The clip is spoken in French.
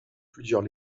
plusieurs